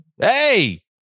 Hey